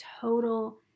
total